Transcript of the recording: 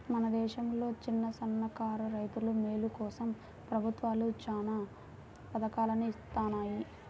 మన దేశంలో చిన్నసన్నకారు రైతుల మేలు కోసం ప్రభుత్వాలు చానా పథకాల్ని ఇత్తన్నాయి